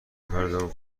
فردا